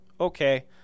okay